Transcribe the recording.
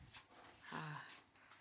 ah